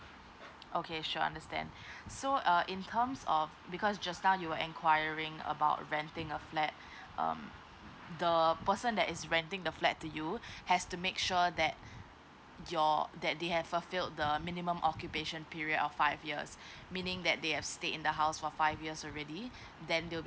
okay sure understand so err in terms of because just now you were enquiring about renting a flat um the person that is renting the flat to you has to make sure that you're that they have fulfill the minimum occupation period of five years meaning that they have stay in the house for five years already then they will